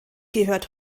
gehört